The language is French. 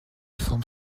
forme